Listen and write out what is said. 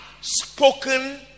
spoken